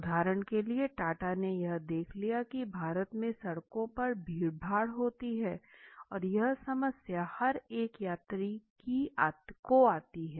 उदाहरण के लिए टाटा ने यह देख लिया की भारत में सड़कों पर भीड़भाड़ होती हैं और यह समस्या हर एक यात्री की आती है